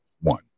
one